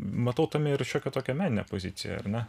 matau tame ir šiokią tokią meninę poziciją ar ne